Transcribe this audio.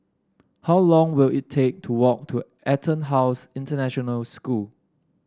how long will it take to walk to EtonHouse International School